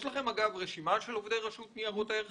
יש לכם רשימה של עובדי רשות ניירות ערך